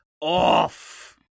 off